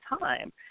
time